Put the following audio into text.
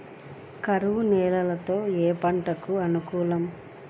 కరువు నేలలో ఏ పంటకు అనుకూలం?